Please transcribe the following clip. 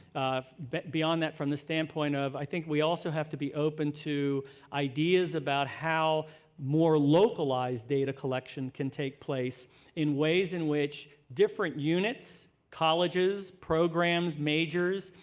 but beyond that from the standpoint of i think we also have to be open to ideas about how more localized data collection can take place in ways in which different units, colleges, programs, majors,